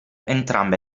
entrambe